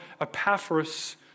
Epaphras